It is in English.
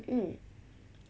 mm